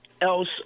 else